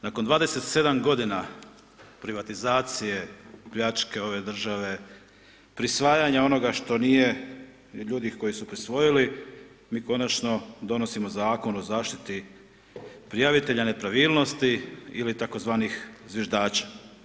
Nakon 27 godina privatizacije, pljačke ove države, prisvajanja onoga što nije od ljudi koji su prisvojili, mi konačno donosimo Zakon o zaštiti prijavitelja nepravilnosti ili tzv. zviždača.